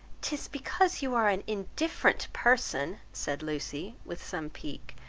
tis because you are an indifferent person, said lucy, with some pique,